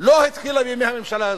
לא התחילה בימי הממשלה הזאת,